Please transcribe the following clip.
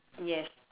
yes